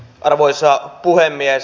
arvoisa puhemies